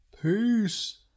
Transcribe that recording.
Peace